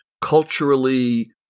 culturally